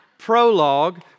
prologue